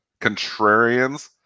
contrarians